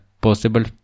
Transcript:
possible